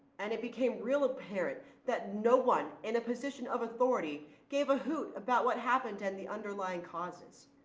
and it became real apparent that no one in a position of authority gave a hoot about what happened and the underlying causes.